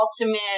ultimate